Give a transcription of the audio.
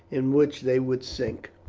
in which they would sink.